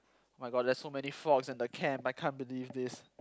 !oh-my-god! there's so many frogs in the camp I can't believe this